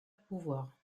pouvoirs